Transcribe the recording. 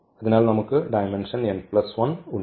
അതിനാൽ നമുക്ക് ഡയമെന്ഷൻ ഉണ്ട്